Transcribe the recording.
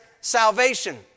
salvation